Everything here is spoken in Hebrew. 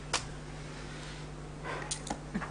קודם וקצת אחדד אותה כדי שהתמונה תתבהר.